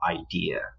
idea